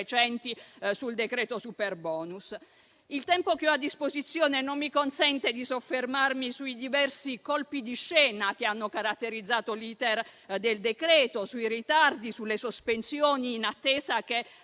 recenti sul decreto superbonus. Il tempo che ho a disposizione non mi consente di soffermarmi sui diversi colpi di scena che hanno caratterizzato l'*iter* del decreto sui ritardi, sulle sospensioni, in attesa che